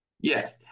Yes